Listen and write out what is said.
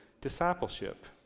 discipleship